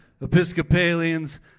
Episcopalians